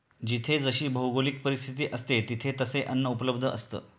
जिथे जशी भौगोलिक परिस्थिती असते, तिथे तसे अन्न उपलब्ध असतं